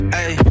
ay